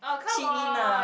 cik Nina